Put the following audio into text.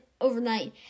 overnight